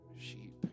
sheep